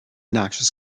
noxious